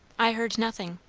i heard nothing